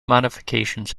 modifications